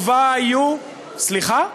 ובה היו, סליחה?